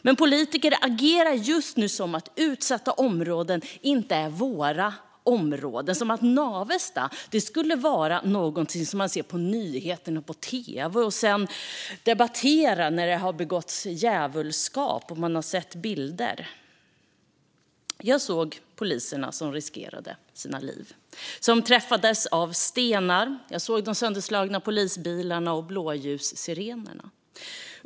Men politiker agerar just nu som att utsatta områden inte är våra områden och som att Navestad skulle vara någonting som man ser om på nyheterna på tv och sedan debatterar när det har begåtts djävulskap och man har sett bilder. Jag såg poliserna som riskerade sina liv. De träffades av stenar. Jag såg de sönderslagna polisbilarna och blåljussirenerna.